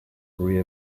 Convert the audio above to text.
rear